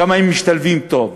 כמה הם משתלבים טוב בעבודה.